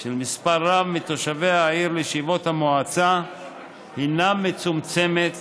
של מספר רב מתושבי העיר לישיבות המועצה הינה מצומצמת